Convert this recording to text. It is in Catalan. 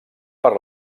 per